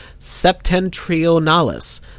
Septentrionalis